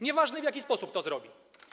Nieważne, w jaki sposób to zrobi.